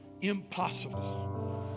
Impossible